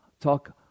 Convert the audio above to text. Talk